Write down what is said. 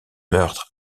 meurtres